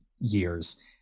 years